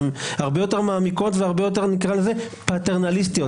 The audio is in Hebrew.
מעמיקות ופטרנליסטיות.